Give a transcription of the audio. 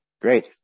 Great